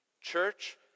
Church